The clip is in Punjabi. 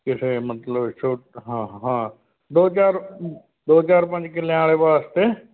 ਕਿਸੇ ਮਤਲਬ ਛੋਟੇ ਹਾਂ ਹਾਂ ਦੋ ਚਾਰ ਦੋ ਚਾਰ ਪੰਜ ਕਿੱਲਿਆਂ ਵਾਲੇ ਵਾਸਤੇ